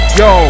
yo